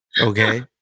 Okay